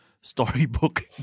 storybook